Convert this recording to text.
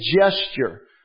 gesture